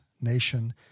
nation